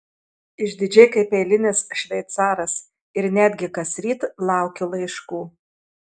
išdidžiai kaip eilinis šveicaras ir netgi kasryt laukiu laiškų